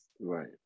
Right